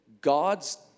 God's